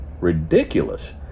ridiculous